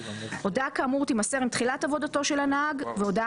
הודעה כאמור תימסר עם תחילת עבודתו של הנהג והודעה